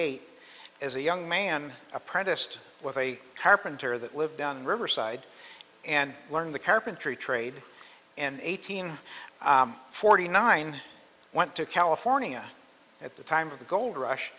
eight as a young man apprenticed with a carpenter that lived down in riverside and learned the carpentry trade and eighteen forty nine went to california at the time of the gold rush